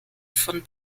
von